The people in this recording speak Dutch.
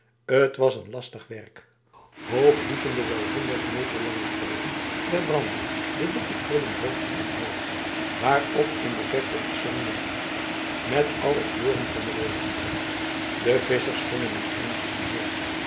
het was een lastig werk hoog hieven de wel honderd meter lange golven der branding de witte krullende hoofden omhoog waarop in de verte het zonlicht brak met alle kleuren van de regenboog de vissers stonden een eindje in zee